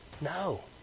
No